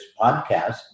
podcast